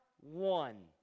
one